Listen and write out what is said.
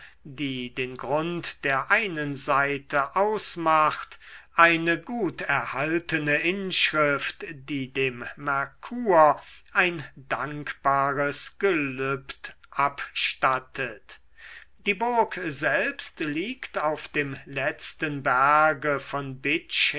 die den grund der einen seite ausmacht eine gut erhaltene inschrift die dem merkur ein dankbares gelübd abstattet die burg selbst liegt auf dem letzten berge von